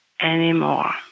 anymore